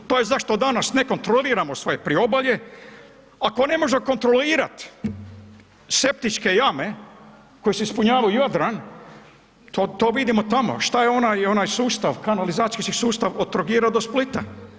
To je zašto danas ne kontroliramo svoje Priobalje, ako ne možemo kontrolirati septičke jame koje se ispumpavaju u Jadran, to vidimo tamo, šta je onaj sustav kanalizacijski sustav od Trogira do Splita.